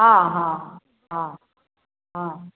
हँ हँ हँ हँ हँ